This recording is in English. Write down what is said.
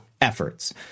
efforts